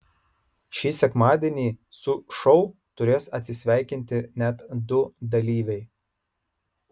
šį sekmadienį su šou turės atsisveikinti net du dalyviai